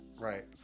Right